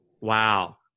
wow